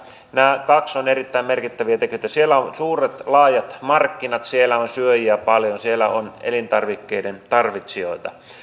nämä kaksi ovat erittäin merkittäviä tekijöitä siellä on suuret laajat markkinat siellä on syöjiä paljon siellä on elintarvikkeiden tarvitsijoita